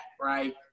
right